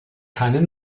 keine